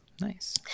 Nice